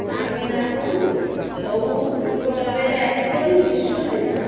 স্বামীনাথন সবুজ বিপ্লবের একজন বিশ্ব নেতা